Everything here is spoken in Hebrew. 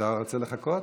אתה רוצה לחכות?